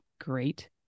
great